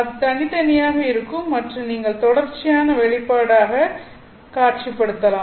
அது தனித்தனியாக இருக்கும் மற்றும் நீங்கள் தொடர்ச்சியான வெளிப்பாடாக நீங்கள் காட்சிப்படுத்தலாம்